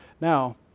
Now